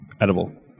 edible